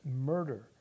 murder